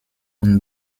und